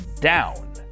down